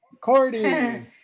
Cordy